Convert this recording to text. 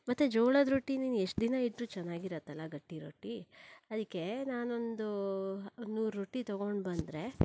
ಮತ್ತು ಜೋಳದ ರೊಟ್ಟಿ ನೀನು ಎಷ್ಟು ದಿನ ಇಟ್ಟರೂ ಚೆನ್ನಾಗಿರತ್ತಲ್ಲ ಗಟ್ಟಿ ರೊಟ್ಟಿ ಅದಕ್ಕೆ ನಾನೊಂದು ನೂರು ರೊಟ್ಟಿ ತೊಗೊಂಡು ಬಂದರೆ